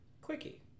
Quickie